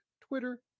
Twitter